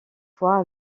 fois